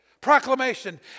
Proclamation